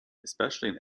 especially